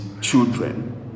children